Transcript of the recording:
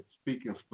speaking